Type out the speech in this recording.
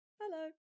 Hello